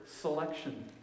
selection